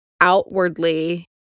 outwardly